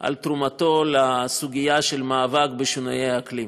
על תרומתו לסוגיה של המאבק בשינויי האקלים.